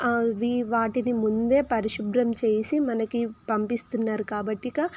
అవి వాటిని ముందే పరిశుభ్రం చేసి మనకి పంపిస్తున్నారు కాబట్టి ఇంకా